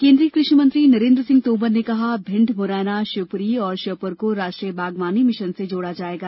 केन्द्रीय कृषि मंत्री नरेन्द्र सिंह तोमर ने कहा भिण्ड मुरैना शिवपुरी और श्योपुर को राष्ट्रीय बागवानी मिशन से जोड़ा जाएगा